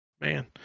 man